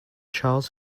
charles